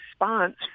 response